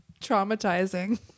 traumatizing